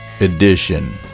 edition